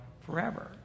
forever